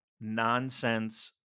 nonsense